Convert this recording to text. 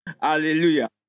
Hallelujah